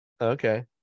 okay